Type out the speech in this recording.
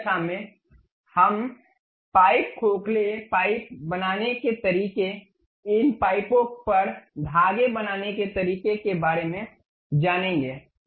अगली कक्षा में हम पाइप खोखले पाइप बनाने के तरीके इन पाइपों पर धागे बनाने के तरीके के बारे में जानेंगे